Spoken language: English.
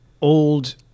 old